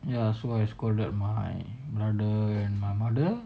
ya so I scolded my brother and my mother